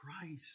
Christ